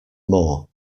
more